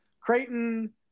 Creighton